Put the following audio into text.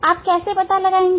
आप कैसे पता लगाएंगे